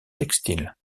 textile